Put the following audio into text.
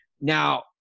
now